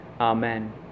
Amen